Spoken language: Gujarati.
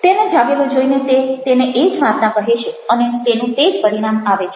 તેને જાગેલો જોઇને તે તેને એ જ વાર્તા કહે છે અને તેનું તે જ પરિણામ આવે છે